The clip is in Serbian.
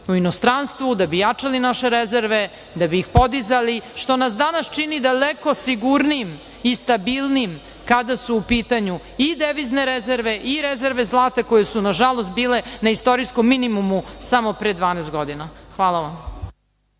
u inostranstvu da bi jačali naše rezerve, da bi ih podizali, što nas danas čini daleko sigurnijim i stabilnijim kada su u pitanju i devizne rezerve i rezerve zlata koje su nažalost bile na istorijskom minimumu samo pre 12 godina. Hvala vam.